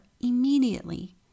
immediately